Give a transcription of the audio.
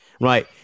right